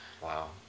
Wow